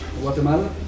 guatemala